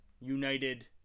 United